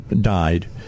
died